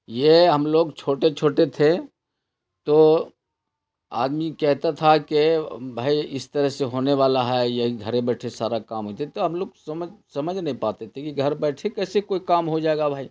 یہ ہم لوگ چھوٹے چھوٹے تھے تو آدمی کہتا تھا کہ بھائی اس طرح سے ہونے والا ہے یہی گھرے بیٹھے سارا کام ہو جائی تو ہم لوگ سمجھ سمجھ نہیں پاتے تھے کہ گھر بیٹھے کیسے کوئی کام ہو جائے گا بھائی